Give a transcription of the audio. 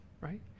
right